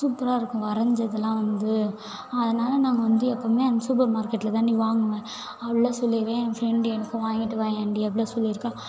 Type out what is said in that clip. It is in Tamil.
சூப்பராக இருக்கும் வரைஞ்சதெல்லாம் வந்து அதனால நாங்கள் வந்து எப்பவும் அந்த சூப்பர் மார்க்கெட்டில் தான்டி வாங்குவேன் அப்படிலாம் சொல்லிடுவேன் என் ஃப்ரெண்டு எனக்கும் வாங்கிட்டு வாயேன்டி அப்படிலாம் சொல்லி இருக்காள்